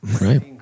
Right